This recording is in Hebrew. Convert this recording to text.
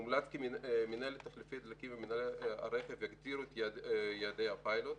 מומלץ כי מינהלת תחליפי דלקים ומינהל הרכב יגדירו את יעדי הפיילוט.